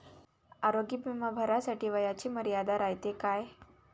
आरोग्य बिमा भरासाठी वयाची मर्यादा रायते काय?